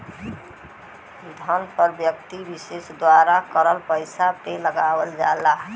धन कर व्यक्ति विसेस द्वारा रखल पइसा पे लगावल जाला